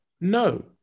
No